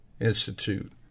Institute